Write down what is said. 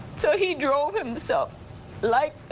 so he drove himself like